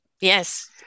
Yes